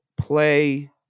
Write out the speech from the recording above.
play